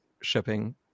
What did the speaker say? shipping